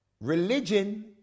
religion